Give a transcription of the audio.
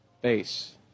base